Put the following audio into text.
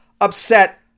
upset